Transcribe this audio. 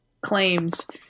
claims